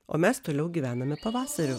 o mes toliau gyvename pavasariu